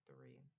three